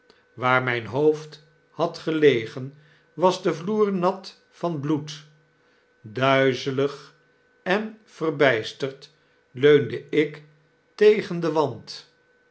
waar myn hoofd had gelegen was de vloer nat van bleed duizelig en verbijsterd leunde ik tegen den wand